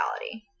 reality